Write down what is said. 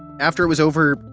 after it was over,